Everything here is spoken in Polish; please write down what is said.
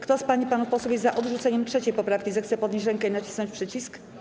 Kto z pań i panów posłów jest za odrzuceniem 3. poprawki, zechce podnieść rękę i nacisnąć przycisk.